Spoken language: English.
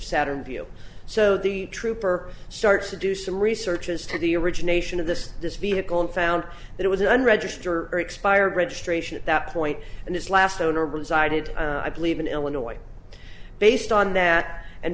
saturn vue so the trooper starts to do some research as to the origination of this this vehicle and found that it was an register or expired registration at that point and his last owner resided i believe in illinois based on that and